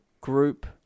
group